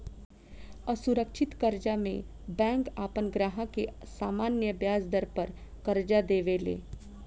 असुरक्षित कर्जा में बैंक आपन ग्राहक के सामान्य ब्याज दर पर कर्जा देवे ले